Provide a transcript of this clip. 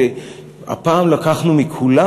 שהפעם לקחנו מכולם.